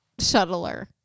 shuttler